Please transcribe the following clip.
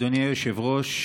אדוני היושב-ראש,